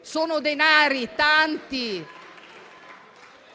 Sono denari, tanti,